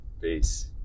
Peace